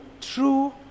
true